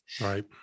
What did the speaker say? Right